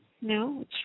No